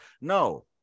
No